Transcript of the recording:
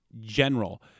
general